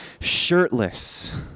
Shirtless